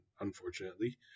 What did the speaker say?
Unfortunately